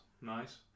nice